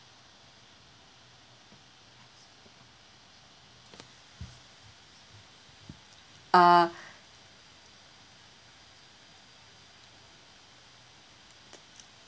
uh